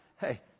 hey